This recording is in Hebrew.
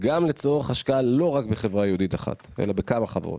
גם לצורך השקעה לא רק בחברה ייעודית אחת אלא בכמה חברות,